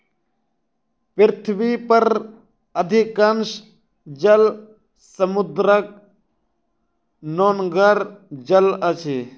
पृथ्वी पर अधिकांश जल समुद्रक नोनगर जल अछि